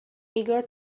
eager